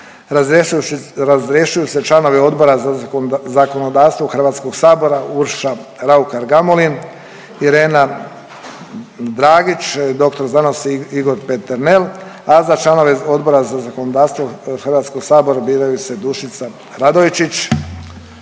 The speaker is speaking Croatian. Razrješuju se članovi Odbora za zakonodavstvo Hrvatskog sabora Urša Raukar Gamulin, Irena Dragić, dr.sc. Igor Peternel, a za članove Odbora za zakonodavstvo Hrvatskog sabora biraju se Dušica Radojčić,